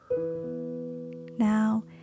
Now